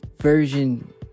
version